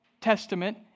Testament